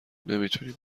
نمیتونیم